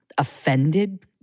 offended